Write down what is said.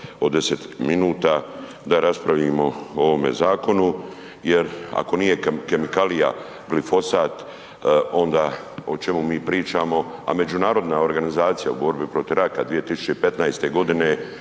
deset minuta da raspravimo o ovome Zakonu, jer ako nije kemikalija glifosat onda o čemu mi pričamo, a međunarodna organizacija u borbi protiv raka 2015.-te godine